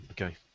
Okay